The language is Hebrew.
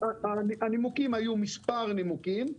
היו מספר נימוקים,